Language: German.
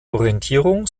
orientierung